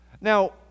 Now